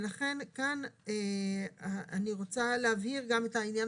לכן כאן אני רוצה להבהיר גם את העניין